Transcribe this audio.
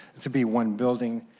it will be one building,